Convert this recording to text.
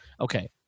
Okay